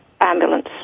ambulance